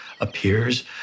appears